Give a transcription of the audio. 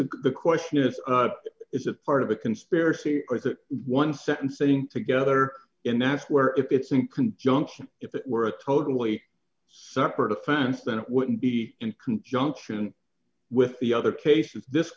the question is is it part of a conspiracy or is it one second sitting together and that's where if it's in conjunction if it were a totally separate offense then it wouldn't be in conjunction with the other cases this